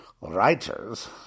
writers